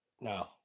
No